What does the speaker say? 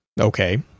okay